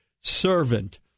servant